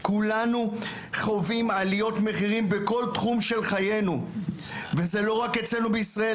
כולנו חווים עליות מחירים בכל תחום של חיינו וזה לא רק אצלנו בישראל,